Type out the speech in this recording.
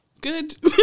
good